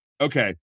Okay